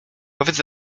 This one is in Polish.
powiedz